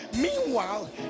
Meanwhile